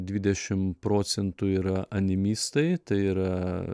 dvidešim procentų yra animiystai tai yra